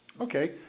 Okay